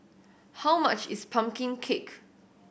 how much is pumpkin cake